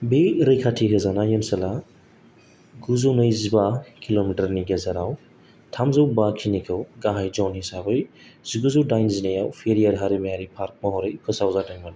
बे रैखाथि होजानाय ओनसोला गुजौ नैजिबा किल'मिटारनि गेजेराव थामजौ बा खिनिखौ गाहाय जन हिसाबै जिगुजौ दाइनजिनैआव पेरियार हारिमायारि पार्क महरै फोसावजादोंमोन